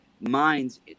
minds